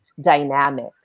dynamic